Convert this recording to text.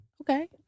Okay